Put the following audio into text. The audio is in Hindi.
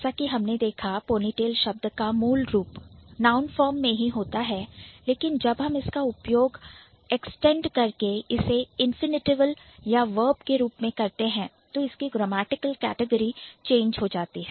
जैसा कि हमने देखा Ponytail शब्द का मूल रूप Noun form मैं ही होता है लेकिन जब हम इसका उपयोग extend एक्सटेंड करके इसे Infinitival या Verb के रूप में करते हैं तो इसकी Grammatical Category grammatical category change हो जाती है